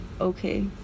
okay